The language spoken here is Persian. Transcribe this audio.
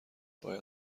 باید